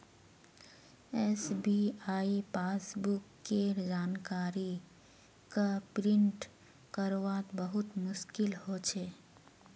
SBI passbook केर जानकारी क प्रिंट करवात बहुत मुस्कील हो छे